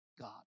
God